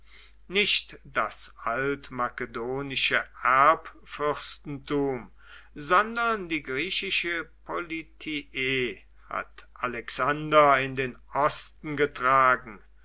nicht das altmakedonische erbfürstentum sondern die griechische politie hat alexander in den osten getragen